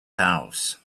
house